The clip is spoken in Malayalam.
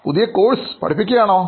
പുതിയ കോഴ്സ് പഠിപ്പിക്കുകയാണോ